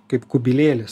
kaip kubilėlis